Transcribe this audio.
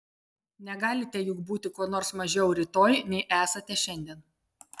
negalite juk būti kuo nors mažiau rytoj nei esate šiandien